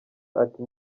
ati